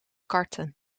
karten